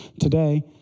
today